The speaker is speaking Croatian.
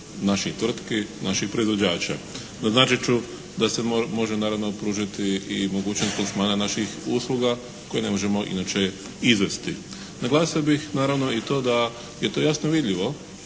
naših tvrtki, naših proizvođača. Naznačit ću da se može naravno pružiti i mogućnost plasmana naših usluga koje ne možemo inače izvesti. Naglasio bih naravno i to da je to jasno vidljivo